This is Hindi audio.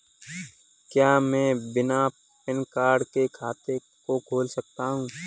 क्या मैं बिना पैन कार्ड के खाते को खोल सकता हूँ?